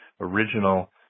original